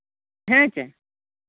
ᱦᱮᱸ ᱪᱮ